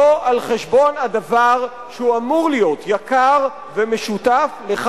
לא על חשבון הדבר שאמור להיות יקר ומשותף לך